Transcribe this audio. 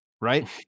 right